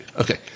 Okay